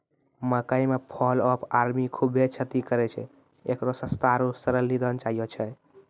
मकई मे fall of army खूबे क्षति करेय छैय, इकरो सस्ता आरु सरल निदान चाहियो छैय?